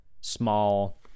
small